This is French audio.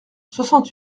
soixante